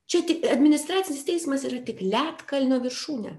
čia tik administracinis teismas yra tik ledkalnio viršūnė